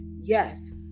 Yes